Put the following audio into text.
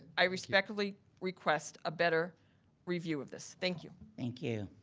i respectfully request a better review of this, thank you. thank you.